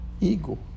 Ego